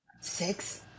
Six